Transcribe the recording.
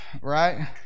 right